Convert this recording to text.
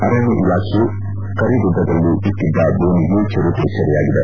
ಅರಣ್ಯ ಇಲಾಖೆ ಕರಿಗುಡ್ಡದಲ್ಲಿ ಇಟ್ಟದ್ದ ಬೋನಿಗೆ ಚಿರತೆ ಸೆರೆಯಾಗಿದೆ